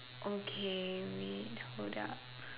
okay let me hold up